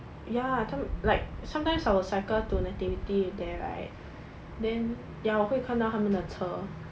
ya t~ like sometimes I will cycle to nativity there right then ya 我会看到他们的车